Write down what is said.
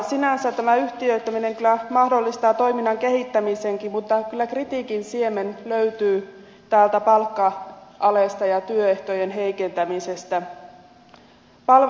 sinänsä tämä yhtiöittäminen kyllä mahdollistaa toiminnan kehittämisenkin mutta kyllä kritiikin siemen löytyy täältä palkka alesta ja työehtojen heikentämisestä